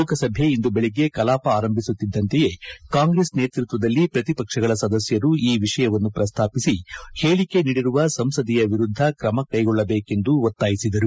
ಲೋಕಸಭೆ ಇಂದು ಬೆಳಗ್ಗೆ ಕಲಾಪ ಆರಂಭಿಸುತ್ತಿದ್ದಂತೆಯೇ ಕಾಂಗ್ರೆಸ್ ನೇತೃತ್ವದಲ್ಲಿ ಪ್ರತಿಪಕ್ಷಗಳ ಸದಸ್ಯರು ಈ ವಿಷಯವನ್ನು ಪ್ರಸ್ತಾಪಿಸಿ ಹೇಳಿಕೆ ನೀಡಿರುವ ಸಂಸದೆಯ ವಿರುದ್ದ ಕ್ರಮ ಕೈಗೊಳ್ಳಬೇಕೆಂದು ಒತ್ತಾಯಿಸಿದರು